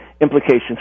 implications